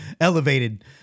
elevated